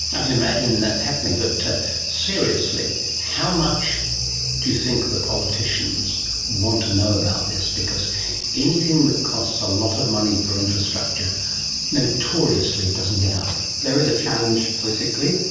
i can imagine that happening, but seriously, how much do you think the politicians want to know about this? because anything that costs a lot of money for infrastructure notoriously doesn't get up. there is a challenge politically,